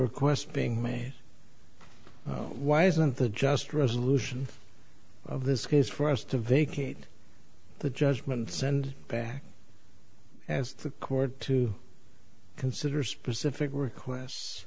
request being made why isn't the just resolution of this case for us to vacate the judgment send back as the court to consider specific requests